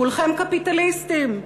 כולכם קפיטליסטים,